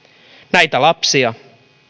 näitä lapsia